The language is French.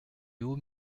haut